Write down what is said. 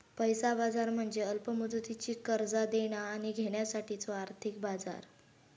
पैसा बाजार म्हणजे अल्प मुदतीची कर्जा देणा आणि घेण्यासाठीचो आर्थिक बाजार